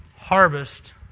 harvest